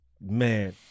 Man